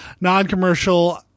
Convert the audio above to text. non-commercial